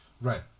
Right